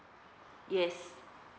yes